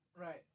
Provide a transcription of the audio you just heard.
Right